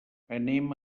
anem